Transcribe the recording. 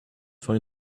find